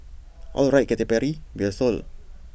alright Katy Perry we're sold